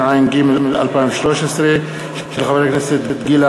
ברשות יושב-ראש הישיבה,